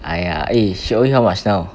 !aiya! eh she owe you how much now